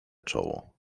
czoło